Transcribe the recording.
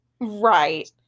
right